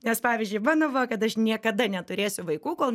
nes pavyzdžiui mano buvo kad aš niekada neturėsiu vaikų kol